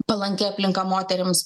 palanki aplinka moterims